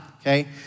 okay